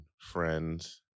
friends